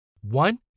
One